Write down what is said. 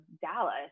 Dallas